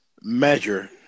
measure